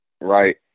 Right